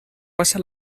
pasa